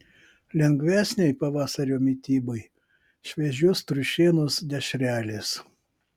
lengvesnei pavasario mitybai šviežios triušienos dešrelės